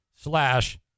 slash